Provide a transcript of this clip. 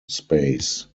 space